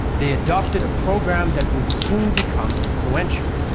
they adopted a program that would soon become influential.